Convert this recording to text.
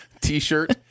T-shirt